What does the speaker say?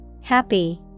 Happy